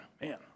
man